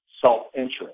self-interest